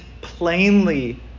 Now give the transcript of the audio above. plainly